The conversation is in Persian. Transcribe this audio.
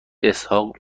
اسحاق